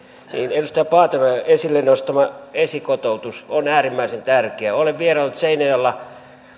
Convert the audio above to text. edustaja paateron esille nostama esikotoutus on äärimmäisen tärkeää olen vieraillut seinäjoella